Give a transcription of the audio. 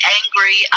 angry